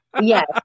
Yes